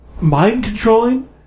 mind-controlling